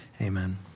amen